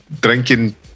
drinking